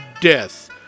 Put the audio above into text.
Death